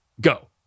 go